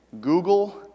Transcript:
Google